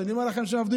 אני אומר לכם שהם עבדו,